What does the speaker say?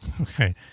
Okay